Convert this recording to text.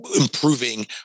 improving